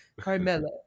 Carmela